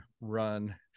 run